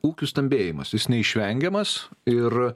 ūkių stambėjimas jis neišvengiamas ir